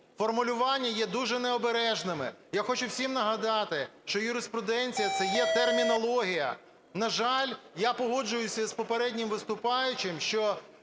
формулювання є дуже необережними. Я хочу всім нагадати, що юриспруденція – це є термінологія. На жаль, я погоджуюся із попереднім виступаючим, що